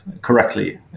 correctly